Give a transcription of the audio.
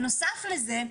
בנוסף לזה,